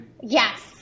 yes